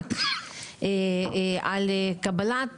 פסק על קבלת